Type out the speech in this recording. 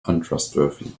untrustworthy